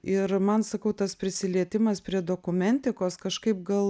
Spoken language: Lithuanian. ir man sakau tas prisilietimas prie dokumentikos kažkaip gal